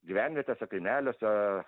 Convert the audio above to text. gyvenvietėse kaimeliuose